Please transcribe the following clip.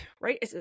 right